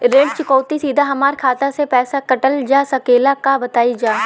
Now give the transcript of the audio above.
ऋण चुकौती सीधा हमार खाता से पैसा कटल जा सकेला का बताई जा?